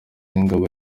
yingabo